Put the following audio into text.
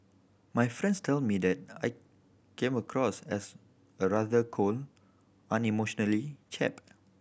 my friends tell me that I came across as a rather cold unemotionally chap